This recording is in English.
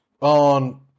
on